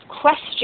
question